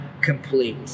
complete